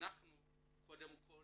קודם כל